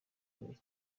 kure